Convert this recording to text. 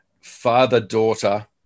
father-daughter